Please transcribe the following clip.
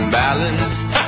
balanced